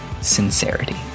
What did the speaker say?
sincerity